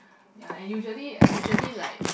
ya and usually and usually like